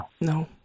No